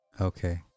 Okay